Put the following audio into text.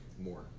more